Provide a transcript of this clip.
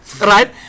Right